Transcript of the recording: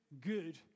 good